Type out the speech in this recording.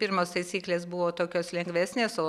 pirmos taisyklės buvo tokios lengvesnės o